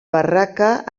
barraca